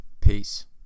Peace